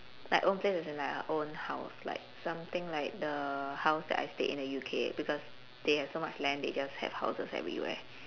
like own place as in like our own house like something like the house that I stayed in the U_K because they have so much land they just have houses everywhere